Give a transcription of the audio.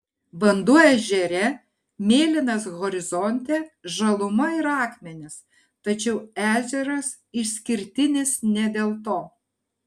vanduo ežere mėlynas horizonte žaluma ir akmenys tačiau ežeras išskirtinis ne dėl to